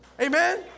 amen